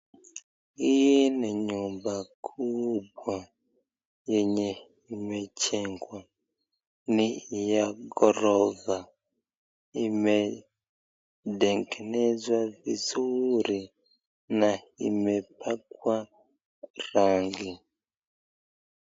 Hii ni nyumba kubwa yenye imejengwa. Ni ya gorofa imetengenezwa vizuri na imepakwa rangi.